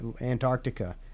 Antarctica